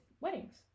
weddings